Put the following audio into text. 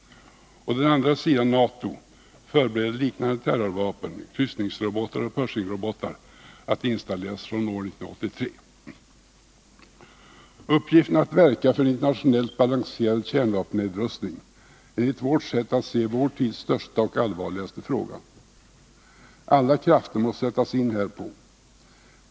Och den andra sidan, NATO, förbereder liknande terrorvapen, kryssningsrobotar och Pershingrobotar, att installeras från år 1983. Uppgiften att verka för en internationellt balanserad kärnvapennedrustning är enligt vårt sätt att se vår tids största och allvarligaste fråga. Alla krafter måste sättas in härpå.